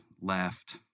left